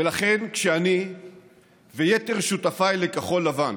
ולכן, כשאני ויתר שותפיי לכחול לבן,